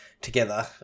together